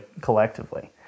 collectively